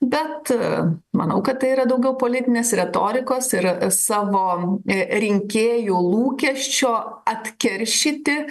bet manau kad tai yra daugiau politinės retorikos ir savo rinkėjų lūkesčio atkeršyti